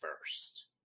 first